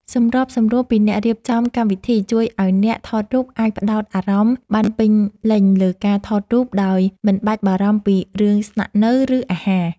សម្របសម្រួលពីអ្នករៀបចំកម្មវិធីជួយឱ្យអ្នកថតរូបអាចផ្តោតអារម្មណ៍បានពេញលេញលើការថតរូបដោយមិនបាច់បារម្ភពីរឿងស្នាក់នៅ ឬ អាហារ។